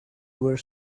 were